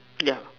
ya